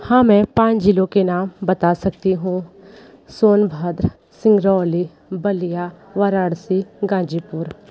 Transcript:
हाँ मैं पाँच ज़िलों के नाम बता सकती हूँ सोनभद्र सिंगरौली बलिया वाराणसी गाजीपुर